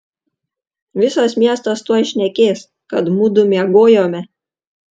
visas miestas tuoj šnekės kad mudu miegojome